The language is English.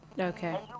Okay